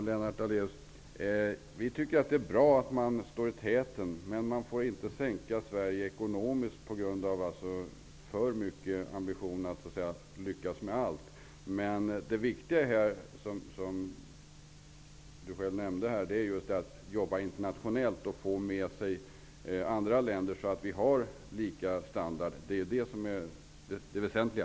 Herr talman! Vi tycker att det är bra att man står i täten, Lennart Daléus, men man får inte sänka Sverige ekonomiskt på grund av för stora ambitioner, att vilja lyckas med allt. Det viktiga, som Lennart Daléus själv nämnde, är att arbeta internationellt och få med sig andra länder så att vi har samma standard. Det är det väsentliga.